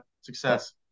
success